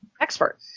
expert